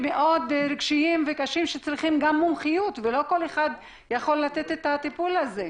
רגשיים קשים שמצריכים מומחיות ולא כל אחד יכול לתת את הטיפול הזה.